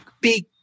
big